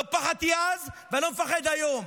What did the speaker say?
לא פחדתי אז, ואני לא מפחד היום.